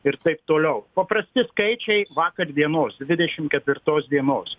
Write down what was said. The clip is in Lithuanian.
ir taip toliau paprasti skaičiai vakar dienos dvidešim ketvirtos dienos